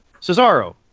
Cesaro